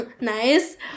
nice